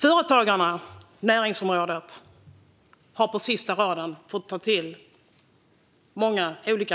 Företagarna, näringsområdet, har fått ta till många olika